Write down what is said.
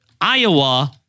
Iowa